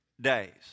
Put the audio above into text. days